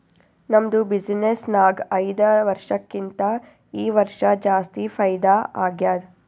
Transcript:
ನಮ್ದು ಬಿಸಿನ್ನೆಸ್ ನಾಗ್ ಐಯ್ದ ವರ್ಷಕ್ಕಿಂತಾ ಈ ವರ್ಷ ಜಾಸ್ತಿ ಫೈದಾ ಆಗ್ಯಾದ್